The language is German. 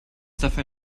dafür